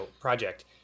project